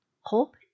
Hope